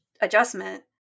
adjustment